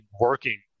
working